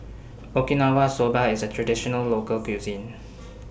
Okinawa Soba IS A Traditional Local Cuisine